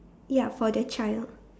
ya for the child